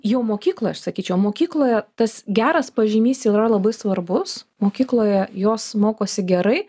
jau mokykloj aš sakyčiau mokykloje tas geras pažymys yra labai svarbus mokykloje jos mokosi gerai